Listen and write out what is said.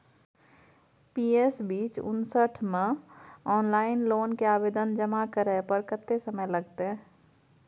PS बीच उनसठ म ऑनलाइन लोन के आवेदन जमा करै पर कत्ते समय लगतै?